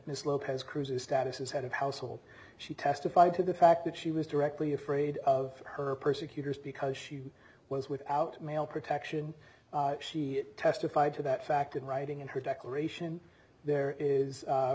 and his lopez cruises status as head of household she testified to the fact that she was directly afraid of her persecutors because she was without male protection she testified to that fact in writing in her declaration there is